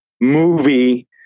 movie